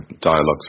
dialogues